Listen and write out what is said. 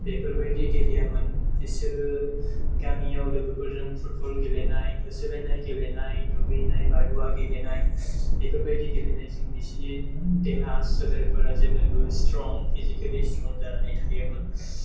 बेफोरबायदि गेलेयामोन बिसोरो गामियाव लोगोफोरजों फुटबल गेलेनाय होसोलायनाय गेलेनाय दुगैनाय बादुवा गेलेनाय बेफोरबायदि गेलेनायजों बिसोरनि देहा सोलेरफोरा जेब्लायबो स्ट्रं फिजिकेलि स्ट्रं जानानै थायोमोन